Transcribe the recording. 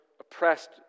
oppressed